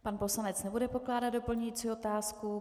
Pan poslanec nebude pokládat doplňující otázku.